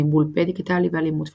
ניבול פה דיגיטלי ואלימות וירטואלית.